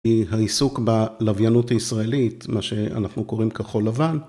היא העיסוק בלוויינות הישראלית, מה שאנחנו קוראים כחול לבן.